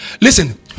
listen